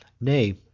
Nay